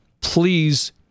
please